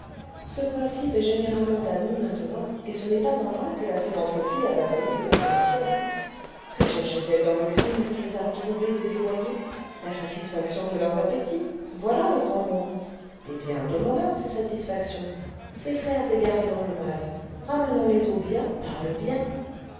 ce principe est généralement admis maintenant et ce n'est pas en vain que la philanthropie a bataillé depuis un siècle que cherchaientelles dans le crime ces âmes troublées et dévoyées s la satisfaction de leurs appétits voilà le grand mot eh bien donnons-leur ces satisfactions ces frères égarés dans le mal ramenons les au bien par le bien